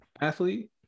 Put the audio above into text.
athlete